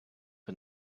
and